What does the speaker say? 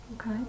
Okay